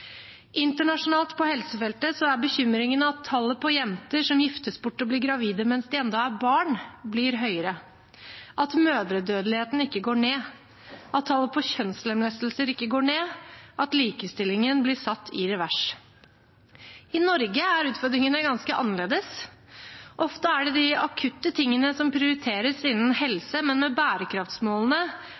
Internasjonalt på helsefeltet er bekymringen at tallet på jenter som giftes bort og blir gravide mens de ennå er barn, blir høyere, at mødredødeligheten ikke går ned, at tallet på kjønnslemlestelser ikke går ned, at likestillingen blir satt i revers. I Norge er utfordringene ganske annerledes. Ofte er det de akutte tingene som prioriteres innen helse, men med bærekraftsmålene